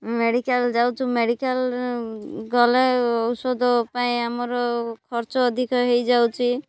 medical ଯାଉଛୁ medical ଗଲେ ଔଷଧ ପାଇଁ ଆମର ଖର୍ଚ୍ଚ ଅଧିକ ହେଇଯାଉଛି